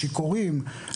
לשיכורים,